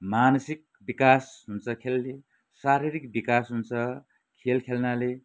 मानसिक बिकास हुन्छ खेलले शारीरिक विकास हुन्छ खेल खेल्नाले